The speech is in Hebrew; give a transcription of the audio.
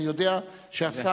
אני יודע שהשר,